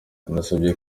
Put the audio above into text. yanasabye